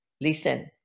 listen